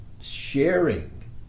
sharing